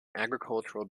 agriculture